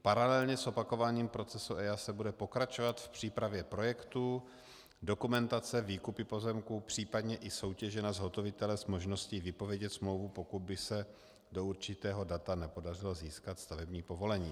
Paralelně s opakováním procesu EIA se bude pokračovat v přípravě projektu, dokumentace, výkupech pozemků, případně i soutěžích na zhotovitele s možností vypovědět smlouvu, pokud by se do určitého data nepodařilo získat stavební povolení.